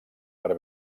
per